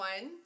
One